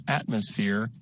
atmosphere